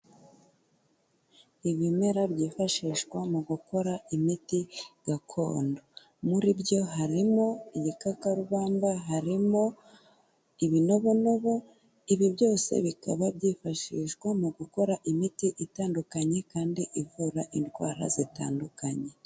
Ibimera byifashishwa mu gukora imiti gakondo. Muri byo harimo igikakarumba harimo ibinobonobo, ibi byose bikaba byifashishwa mu gukora imiti itandukanye kandi ivura indwara zitandukanye.